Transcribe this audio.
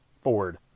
Ford